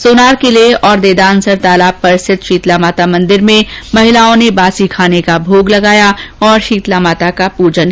सोनार किले और देदानसर तालाब पर स्थित शीतला माता मंदिर में महिलाओ ने बासी खाने का भोग लगाया तथा शीतलामाता का पूजन किया